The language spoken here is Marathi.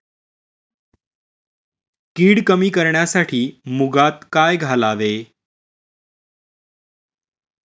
कीड कमी करण्यासाठी मुगात काय घालावे?